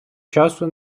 часу